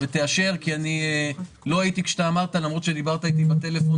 במקרה כזה למה לא לקנות דירה אחרי גיל 18?